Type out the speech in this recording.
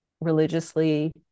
religiously